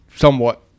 somewhat